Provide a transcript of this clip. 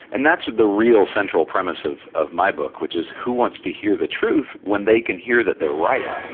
and that's the real central premise of of my book, which is who wants to hear the truth when they can hear that they're right.